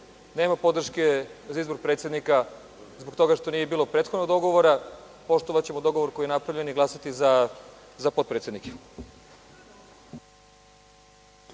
Nema podrške za izbor predsednika zbog toga što nije bilo prethodnog dogovora, poštovaćemo dogovor koji je napravljen i glasati za potpredsednike.